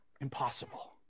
impossible